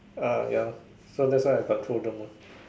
ah ya so that's why I control them one